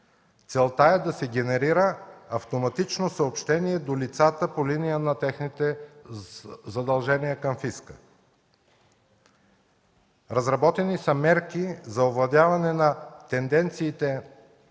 Целта е да се генерира автоматично съобщение до лицата по линия на техните задължения към фиска. Разработени са мерки за овладяване на тенденциите